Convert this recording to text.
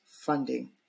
funding